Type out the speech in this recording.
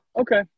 okay